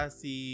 si